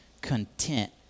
content